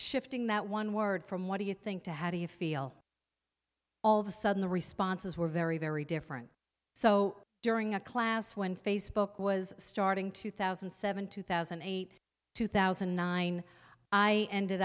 shifting that one word from what do you think to how do you feel all of a sudden the responses were very very different so during a class when facebook was starting two thousand and seven two thousand and eight two thousand and nine i ended